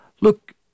Look